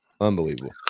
Unbelievable